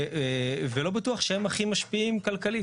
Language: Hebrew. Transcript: ולא בטוח שהם הכי משפיעים כלכלית.